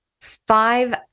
five